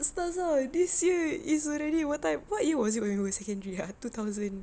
ustazah this year already what time what was it you when you were secondary ah like two thousand